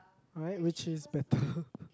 right which is better